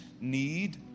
need